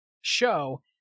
show